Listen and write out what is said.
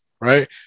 Right